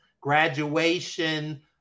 graduation